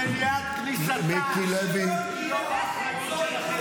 מניעת כניסתה היא לא באחריות שלכם.